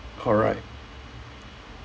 correct